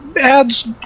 adds